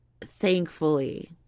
thankfully